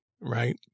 right